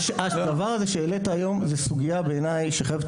הדבר הזה שהעלית היום זה סוגיה בעיני שחייבת